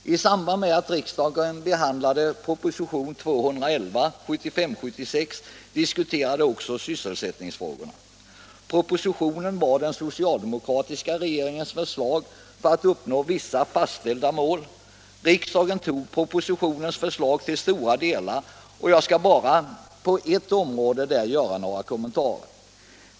I samband med att riksdagen behandlade propositionen 1975/76:211 diskuterades också sysselsättningsfrågorna. Propositionen var den socialdemokratiska regeringens förslag för att uppnå vissa fastställda mål. Riksdagen antog propositionens förslag till stora delar, och jag skall där bara kommentera ett område.